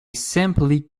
simply